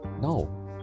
no